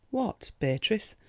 what, beatrice,